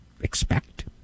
expect